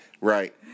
Right